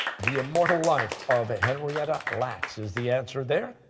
the immortal life of henrietta lacks is the answer there.